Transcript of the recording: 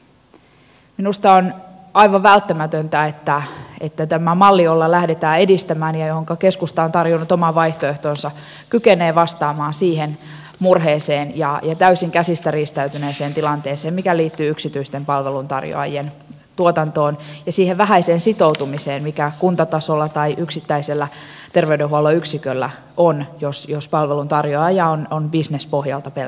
minusta on aivan välttämätöntä että tämä malli jota lähdetään edistämään ja johonka keskusta on tarjonnut oman vaihtoehtonsa kykenee vastaamaan siihen murheeseen ja täysin käsistä riistäytyneeseen tilanteeseen mikä liittyy yksityisten palveluntarjoajien tuotantoon ja siihen vähäiseen sitoutumiseen mikä kuntatasolla tai yksittäisellä terveydenhuollon yksiköllä on jos palveluntarjoaja on pelkästään bisnespohjalta mukana